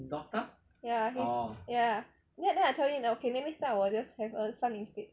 ya he ya then then I tell him okay maybe next time I will have a son instead